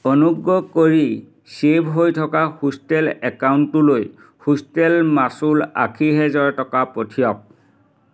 অনুগ্ৰহ কৰি ছেইভ হৈ থকা হোষ্টেল একাউণ্টটোলৈ হোষ্টেল মাচুল আশী হেজাৰ টকা পঠিয়াওক